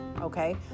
okay